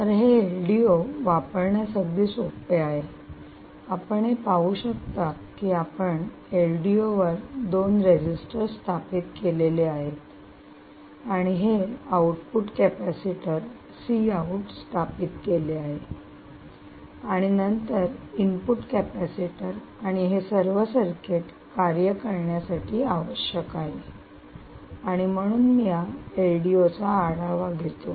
तर हे एलडीओ वापरण्यास अगदी सोपे आहे आपण हे पाहू शकता की आपण एलडीओ वर 2 रजिस्टर्स स्थापित केलेले आहे आणि हे आउटपुट कॅपेसिटर स्थापित केले आहेत आणि नंतर इनपुट कॅपेसिटर आणि हे सर्व सर्किट कार्य करण्यासाठी आवश्यक आहे आणि म्हणून मी या एलडीओ चा आढावा घेतो